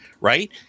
Right